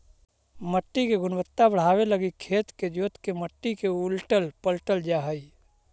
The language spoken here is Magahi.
मट्टी के गुणवत्ता बढ़ाबे लागी खेत के जोत के मट्टी के उलटल पलटल जा हई